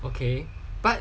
okay but